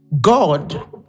God